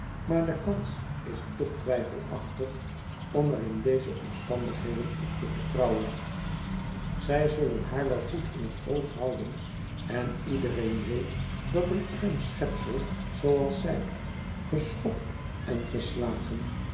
maar de kans is te twijfelachtig om er in deze omstandigheden op te vertrouwen zij zullen haar wel goed in het oog houden en iedereen weet dat een arm schepsel zooals zij geschopt en geslagen